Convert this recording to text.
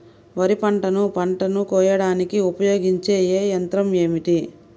వరిపంటను పంటను కోయడానికి ఉపయోగించే ఏ యంత్రం ఏమిటి?